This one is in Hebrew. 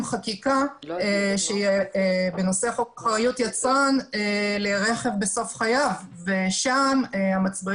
חקיקה בנושא חוק אחריות יצרן לרכב בסוף חייו ושם המצברים